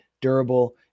durable